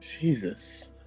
jesus